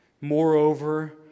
Moreover